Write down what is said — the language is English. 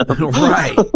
Right